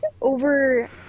over